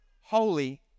holy